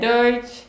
Deutsch